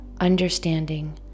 understanding